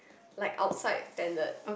like outside standards